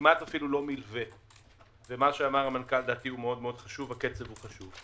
מה שאמר המנכ"ל מאוד חשוב הקצב הוא חשוב.